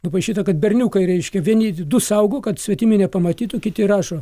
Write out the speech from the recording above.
nupaišyta kad berniukai reiškia vieni du saugo kad svetimi nepamatytų kiti rašo